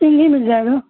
سنگھل مل جائے گا